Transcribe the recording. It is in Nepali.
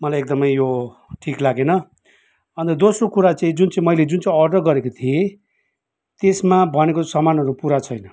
मलाई एकदमै यो ठिक लागेन अन्त दोस्नो कुरा चाहिँ जुन चाहिँ मैले जुन चाहिँ अर्डर गरेको थिएँ त्यसमा भनेको सामानहरू पुरा छैन